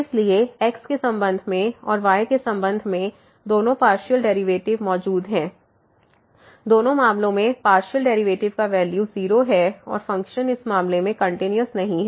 इसलिए x के संबंध में और y के संबंध में दोनों पार्शियल डेरिवेटिव्स मौजूद हैं दोनों मामलों में पार्शियल डेरिवेटिव्स का वैल्यू 0 है और फ़ंक्शन इस मामले में कंटिन्यूस नहीं हैं